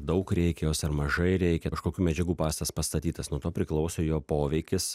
daug reikia jos ar mažai reikia iš kažkokių medžiagų pastas pastatytas nuo to priklauso jo poveikis